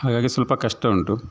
ಹಾಗಾಗಿ ಸ್ವಲ್ಪ ಕಷ್ಟ ಉಂಟು